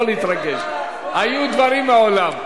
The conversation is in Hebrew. לא להתרגש, היו דברים מעולם.